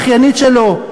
האחיינית שלו,